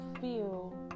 feel